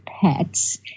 pets